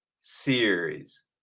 series